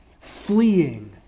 fleeing